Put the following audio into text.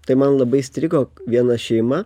tai man labai įstrigo viena šeima